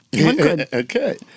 Okay